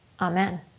Amen